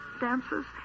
dances